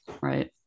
Right